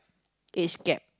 age gap